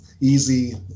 easy